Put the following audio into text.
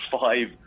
five